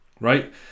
right